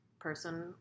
person